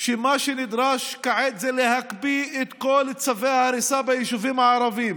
שמה שנדרש כעת זה להקפיא את כל צווי ההריסה ביישובים הערביים